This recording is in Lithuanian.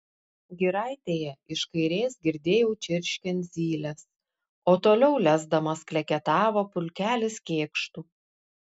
giraitėje iš kairės girdėjau čirškiant zyles o toliau lesdamas kleketavo pulkelis kėkštų